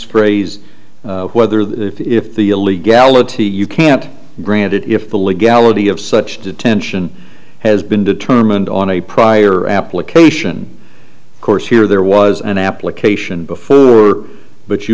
phrase whether the if the illegality you can't grant it if the legality of such detention has been determined on a prior application of course here there was an application before but